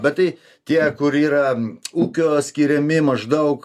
bet tai tie kur yra ūkio skiriami maždaug